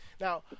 Now